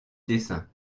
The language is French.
dessins